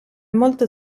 molto